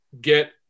get